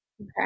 Okay